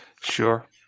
Sure